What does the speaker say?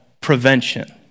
prevention